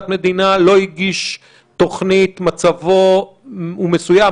מדינה לא הגיש תוכנית מצבו הוא מסוים,